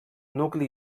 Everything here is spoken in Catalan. nucli